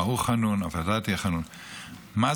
מה הוא חנון, אתה תהיה חנון.